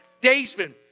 daysman